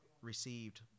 received